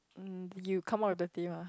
um you come out with the theme ah